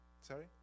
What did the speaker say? Sorry